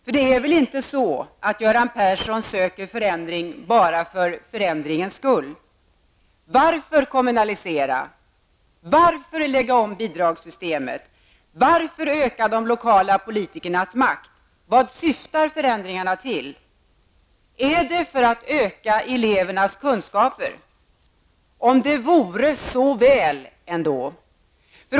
För det är väl inte så att Göran Persson söker förändring bara för förändringens skull? Varför kommunalisera? Varför lägga om bidragssystemet? Varför öka de lokala politikernas makt? Vad syftar förändringarna till? Är det för att öka elevernas kunskaper? Om det vore så väl ändå.